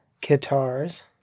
guitars